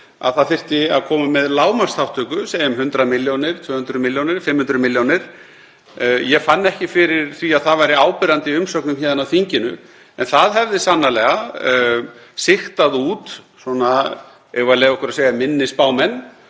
að það þyrfti að koma með lágmarksþátttöku, segjum 100 milljónir, 200 milljónir, 500 milljónir. Ég fann ekki fyrir því að það væri áberandi í umsögnum héðan af þinginu en það hefði sannarlega sigtað út, eigum við að leyfa okkur að segja minni spámenn,